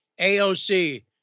AOC